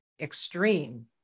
extreme